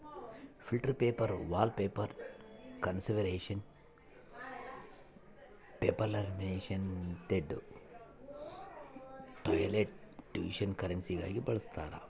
filter paper wallpaper conservation paper laminated toilet tissue ಕರೆನ್ಸಿಗಾಗಿ ಬಳಸ್ತಾರ